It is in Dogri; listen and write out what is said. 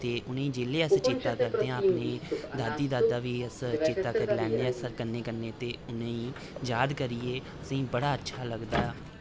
ते उ'नें ई जेल्लै अस चेत्ता करदे आं अपनी दादी दादा बी अस चेत्ता करी लैन्ने आं सर कन्नै कन्नै ते उ'नें ई याद करियै असें ई बड़ा अच्छा लगदा